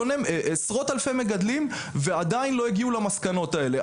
עשרות אלפי מגדלים ועדיין לא הגיעו למסקנות האלה.